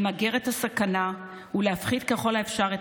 למגר את הסכנה ולהפחית ככל האפשר את